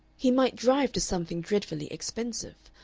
he might drive to something dreadfully expensive,